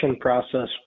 process